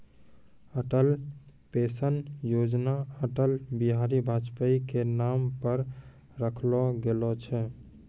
Atal pension Yojana Atal Bihari Vajpayee के नाम पर रखलो गेलो छै